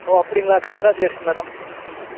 ஓ அப்படிங்களா congratulation madam ம்